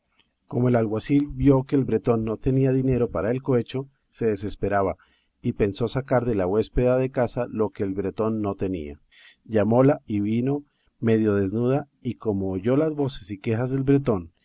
como el alguacil vio que el bretón no tenía dinero para el cohecho se desesperaba y pensó sacar de la huéspeda de casa lo que el bretón no tenía llamóla y vino medio desnuda y como oyó las voces y quejas del bretón